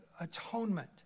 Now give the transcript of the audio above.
atonement